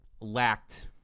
lacked